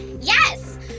Yes